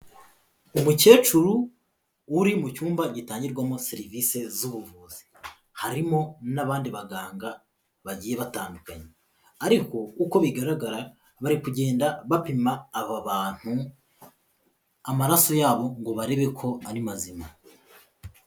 Umukecuru uri mu cyumba gitangirwamo serivisi z'ubuvuzi, harimo n'abandi baganga bagiye batandukanye, ariko uko bigaragara bari kugenda bapima aba bantu amaraso yabo ngo barebe ko ari mazima.